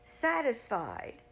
satisfied